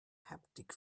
haptic